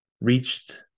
reached